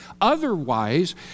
Otherwise